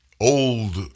old